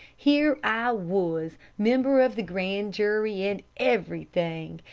here i was, member of the grand jury, and everything,